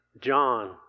John